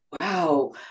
wow